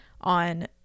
on